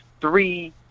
three